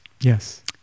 Yes